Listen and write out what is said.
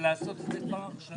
לעשות את זה כבר עכשיו.